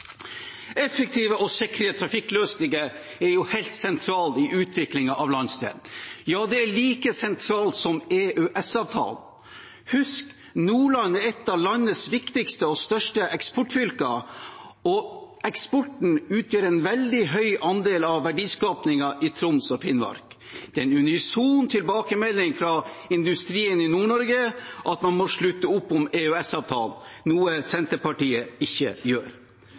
Effektive og sikre trafikkløsninger er helt sentralt i utviklingen av landsdelen. Ja, det er like sentralt som EØS-avtalen. Husk: Nordland er ett av landets viktigste og største eksportfylker, og eksporten utgjør en veldig høy andel av verdiskapingen i Troms og Finnmark. Det er en unison tilbakemelding fra industrien i Nord-Norge om at man må slutte opp om EØS-avtalen, noe Senterpartiet ikke gjør.